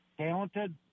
talented